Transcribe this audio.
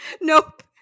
Nope